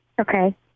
okay